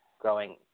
growing